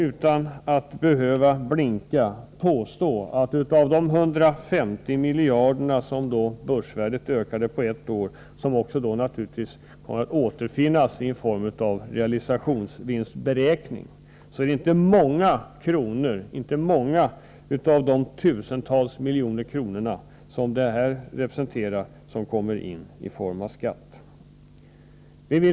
Utan att behöva blinka kan jag påstå att av de 150 miljarder som börsvärdet ökade med på ett år — som naturligtvis kommer att återspeglas i form av en realisationsvinstsberäkning — är det inte många tusental miljoner kronor som kommer in i form av skatt.